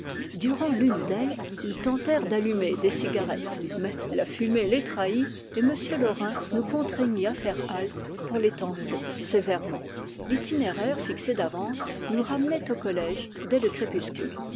durant l'une d'elles ils tentèrent d'allumer des cigarettes mais la fumée les trahit et m lau rin nous contraignit à faire halte pour les tancer sévérement l'itinéraire fixé d'avance nous ramenait au collège dès le crépuscule